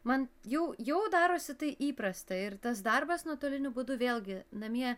man jau jau darosi tai įprasta ir tas darbas nuotoliniu būdu vėlgi namie